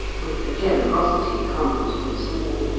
with the generosity common to us all,